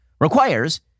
requires